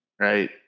Right